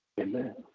Amen